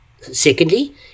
Secondly